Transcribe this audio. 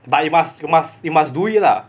but you must you must you must do it lah